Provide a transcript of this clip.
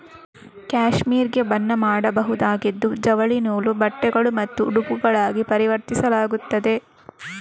cashmere ಗೆ ಬಣ್ಣ ಮಾಡಬಹುದಾಗಿದ್ದು ಜವಳಿ ನೂಲು, ಬಟ್ಟೆಗಳು ಮತ್ತು ಉಡುಪುಗಳಾಗಿ ಪರಿವರ್ತಿಸಲಾಗುತ್ತದೆ